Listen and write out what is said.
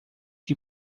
que